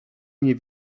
nie